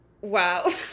Wow